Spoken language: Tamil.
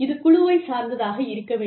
இது குழுவைச் சார்ந்ததாக இருக்க வேண்டும்